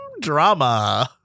drama